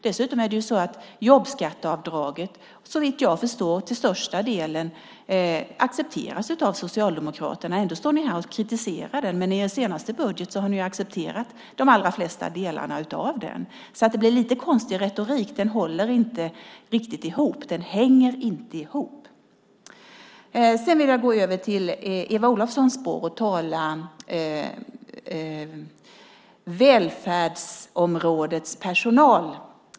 Dessutom accepteras jobbskatteavdraget, såvitt jag förstår, till största delen av Socialdemokraterna. Ni står här och kritiserar det; ändå har ni i er senaste budget accepterat de allra flesta delarna av det. Det blir en lite konstig retorik som inte riktigt hänger ihop. Sedan vill jag gå över till Eva Olofssons spår och tala om välfärdsområdets personal.